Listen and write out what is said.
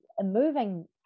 moving